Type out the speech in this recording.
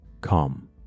come